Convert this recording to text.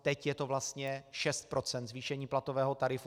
Teď je to vlastně 6 % zvýšení platového tarifu.